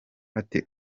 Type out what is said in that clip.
ati